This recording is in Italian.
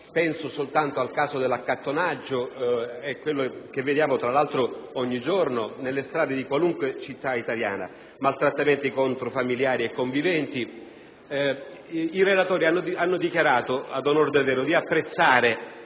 penso soltanto al caso dell'accattonaggio, quello che vediamo tra l'altro ogni giorno nelle strade di qualunque città italiana - e per i maltrattamenti a danno di familiari e conviventi. I relatori hanno dichiarato, ad onor del vero, di apprezzare